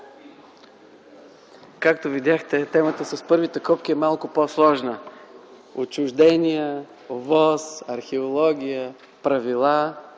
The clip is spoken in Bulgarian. Както видяхте, темата с първите копки е малко по-сложна. Отчуждения, ОВОС, археология, правила,